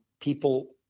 people